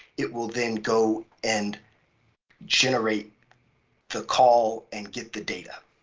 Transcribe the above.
it will then go and generate the call and get the data.